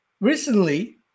recently